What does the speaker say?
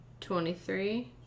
Twenty-three